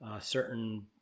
certain